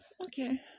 okay